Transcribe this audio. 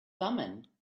thummim